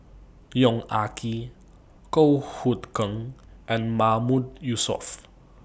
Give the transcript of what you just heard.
Yong Ah Kee Goh Hood Keng and Mahmood Yusof